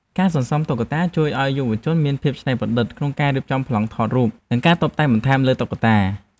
ការសន្សំតុក្កតាជួយឱ្យយុវជនមានភាពច្នៃប្រឌិតក្នុងការរៀបចំប្លង់ថតរូប និងការតុបតែងបន្ថែមលើតុក្កតា។